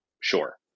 Sure